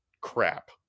crap